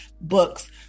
books